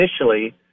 initially